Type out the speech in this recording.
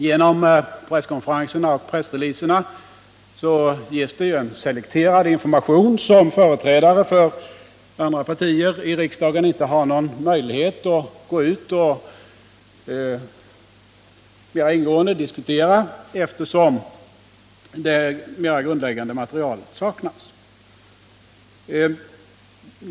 Genom presskonferenserna och pressreleaserna finns det ju selekterad information, som företrädare för andra partier i riksdagen inte har någon möjlighet att ingående diskutera, eftersom det mera grundläggande materialet saknas.